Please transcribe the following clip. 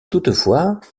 toutefois